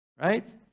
Right